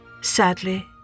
Sadly